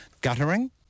Guttering